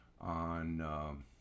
on